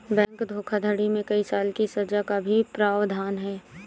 bank धोखाधड़ी में कई साल की सज़ा का भी प्रावधान है